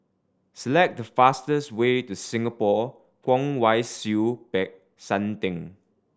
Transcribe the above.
select the fastest way to Singapore Kwong Wai Siew Peck San Theng